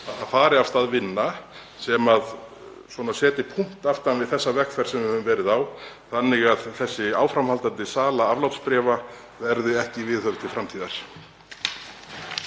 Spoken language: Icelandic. að það fari af stað vinna sem setji punkt aftan við þá vegferð sem við höfum verið á þannig að þessi áframhaldandi sala aflátsbréfa verði ekki viðhöfð til framtíðar?